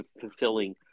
fulfilling